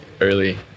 early